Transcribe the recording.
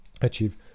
achieve